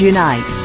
Unite